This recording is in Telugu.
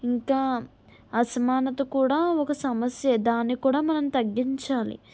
ఇంకా అసమానత కూడా ఒక సమస్యే దాన్ని కూడా మనం తగ్గించాలి